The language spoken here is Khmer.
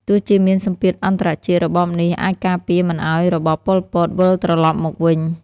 ទោះជាមានសម្ពាធអន្តរជាតិ របបនេះអាចការពារមិនឱ្យរបប ប៉ុល ពត វិលត្រឡប់មកវិញ។